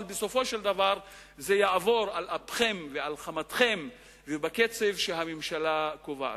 אבל בסופו של דבר זה יעבור על אפכם ועל חמתכם ובקצב שהממשלה קובעת.